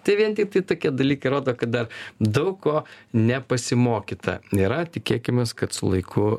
tai vien tiktai tokie dalykai rodo kad dar daug ko nepasimokyta yra tikėkimės kad su laiku